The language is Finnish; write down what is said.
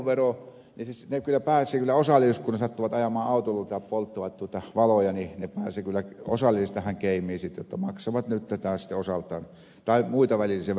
kun sattuvat ajamaan autolla tai polttavat valoja niin he pääsevät kyllä osalliseksi tähän geimiin sitten jotta maksavat osaltaan näitä tai muita välillisiä veroja mitä nostetaankin